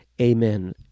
Amen